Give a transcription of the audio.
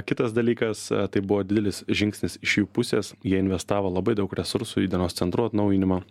kitas dalykas tai buvo didelis žingsnis iš jų pusės jie investavo labai daug resursų į dienos centrų atnaujinimą